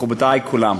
מכובדי כולם,